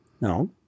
No